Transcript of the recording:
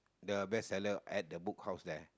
the bestseller at the Book House there